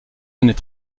années